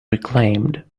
reclaimed